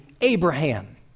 Abraham